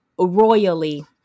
royally